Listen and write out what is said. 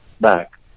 back